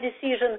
decision